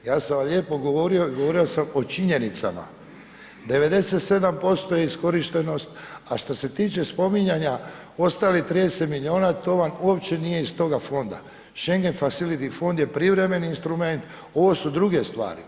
Ja sam vam lijepo govorio i govorio sam o činjenicama, 97% je iskorištenost, a što se tiče spominjanja, ostalih 30 milijuna, to vam uopće nije iz toga fonda … fond je privremeni instrument, ovo su druge stvari.